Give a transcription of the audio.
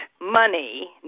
money